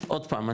עוד פעם,